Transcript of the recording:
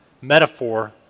metaphor